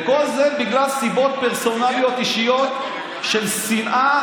כל זה בגלל סיבות פרסונליות אישיות של שנאה